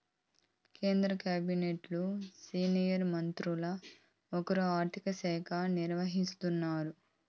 కేంద్ర కాబినెట్లు సీనియర్ మంత్రుల్ల ఒకరు ఆర్థిక శాఖ నిర్వహిస్తాండారు